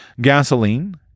Gasoline